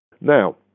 now